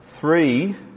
three